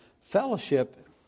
fellowship